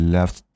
Left